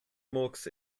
murks